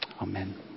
Amen